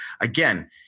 again